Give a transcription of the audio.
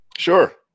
Sure